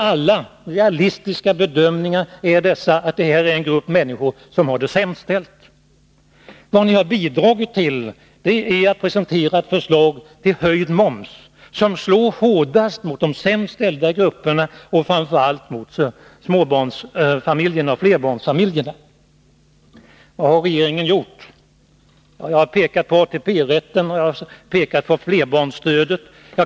Alla realistiska bedömningar gav vid handen att det gäller en grupp av människor som tillhör de sämst ställda. Vad ni har bidragit till att presentera är ett förslag till momshöjning, som slår hårdast mot de sämst ställda grupperna, framför allt mot småbarnsoch flerbarnsfamiljerna. Vad har regeringen gjort? Jag har pekat på ATP-rätten och på flerbarnsstödet.